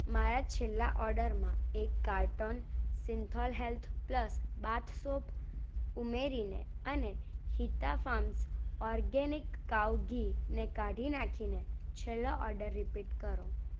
મારા છેલ્લા ઓર્ડરમાં એક carton Cinthol health plus bath soap ઉમેરીને અને હિતા ફાર્મસ ઓર્ગેનિક કાઉ ઘીને કાઢી નાખીને છેલ્લો ઓર્ડર રીપીટ કરો